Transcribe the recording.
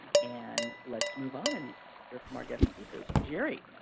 and let's move on and hear from our guest speakers. jerry?